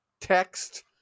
Text